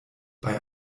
bei